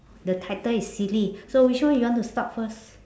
the title is silly so which one you want to start first